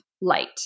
light